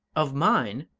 of mine!